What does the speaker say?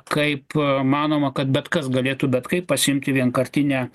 kaip manoma kad bet kas galėtų bet kaip pasiimti vienkartinę